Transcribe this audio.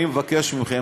אני מבקש מכם,